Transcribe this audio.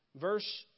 Verse